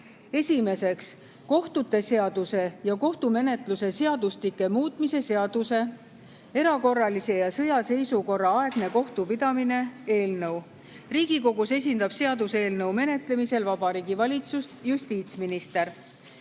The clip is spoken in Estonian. Esiteks, kohtute seaduse ja kohtumenetluse seadustike muutmise seaduse (erakorralise ja sõjaseisukorra aegne kohtupidamine) eelnõu. Riigikogus esindab seaduseelnõu menetlemisel Vabariigi Valitsust justiitsminister.